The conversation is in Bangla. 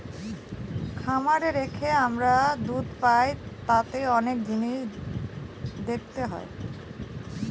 খামারে রেখে আমরা দুধ পাই তাতে অনেক জিনিস দেখতে হয়